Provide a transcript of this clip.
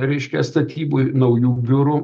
reiškia statybų naujų biurų